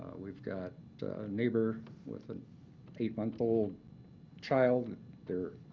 we've got a neighbor with an eight month old child they're